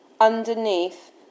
underneath